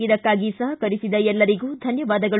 ಇದಕ್ಕಾಗಿ ಸಹಕರಿಸಿದ ಎಲ್ಲರಿಗೂ ಧನ್ದವಾದಗಳು